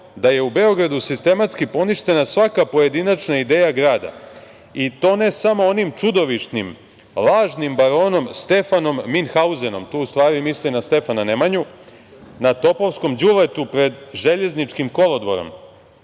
da je u Beogradu sistematski poništena svaka pojedinačna ideja grada i to ne samo onim čudovišnim, lažnim baronom Stefanom Minhauzenom“, tu u stvari misli na Stefana Nemanju, pa kaže: „ na topovskom đuletu pred željezničkim kolodvorom,